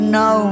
no